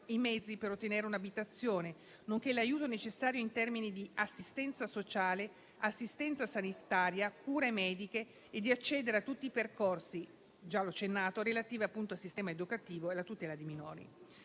i mezzi per ottenere un'abitazione, nonché l'aiuto necessario in termini di assistenza sociale, assistenza sanitaria, cure mediche e di accedere a tutti i percorsi - già l'ho accennato - relativi al sistema educativo e alla tutela dei minori.